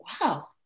wow